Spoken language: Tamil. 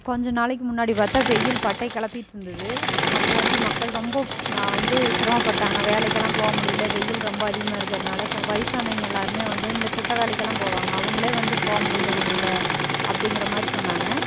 கொஞ்ச நாளைக்கு முன்னாடி பார்த்தா வெயில் பட்டைய கிளப்பிட்டு இருந்தது அப்போ வந்த மக்கள் ரொம்ப ம வந்து சிரமப்பட்டாங்க வேலைக்கெல்லாம் போக முடியல வெயில் ரொம்ப அதிகமாக இருக்கிறதுனால வயசானவங்க எல்லோருமே வந்து இந்தக் குட்ட வேலைக்கெல்லாம் போவாங்க அவங்களே வந்து போக முடியல வெளியில் அப்படிங்கிற மாதிரி சொன்னாங்க